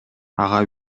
ага